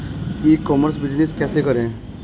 ई commerce business कैसे करें?